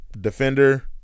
defender